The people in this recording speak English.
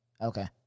Okay